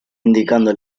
indicando